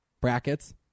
Brackets